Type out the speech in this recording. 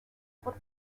por